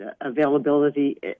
availability